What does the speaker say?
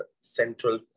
central